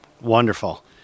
wonderful